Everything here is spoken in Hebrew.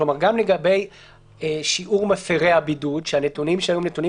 גם לגבי שיעור מפרי הבידוד כשהנתונים הם נתונים